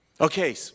Okay